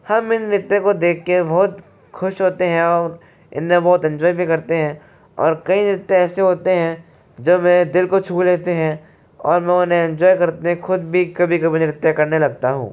हम इन नृत्य को देख के बहुत खुश होते हैं और इनमें बहुत इन्जॉय भी करते हैं और कई नृत्य ऐसे होते हैं जब वह दिल को छू लेते हैं और मैं उन्हे इन्जॉय करते खुद भी कभी कभी नृत्य करने लगता हूँ